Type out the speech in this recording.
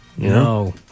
No